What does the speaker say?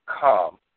come